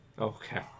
Okay